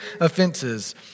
offenses